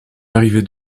arrivée